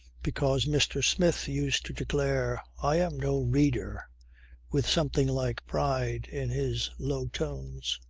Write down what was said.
because mr. smith used to declare i am no reader with something like pride in his low tones.